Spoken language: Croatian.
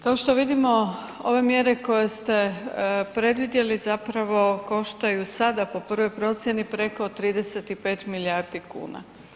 Kao što vidimo, ove mjere koje ste predvidjeli, zapravo koštaju sada po prvoj procjeni preko 35 milijardi kuna.